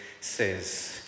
says